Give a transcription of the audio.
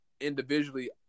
individually